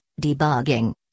debugging